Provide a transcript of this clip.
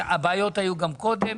הבעיות היו גם קודם.